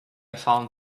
found